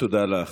תודה לך.